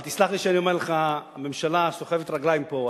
אבל תסלח לי שאני אומר לך: הממשלה סוחבת רגליים פה.